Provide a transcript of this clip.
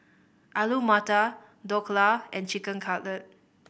Alu Matar Dhokla and Chicken Cutlet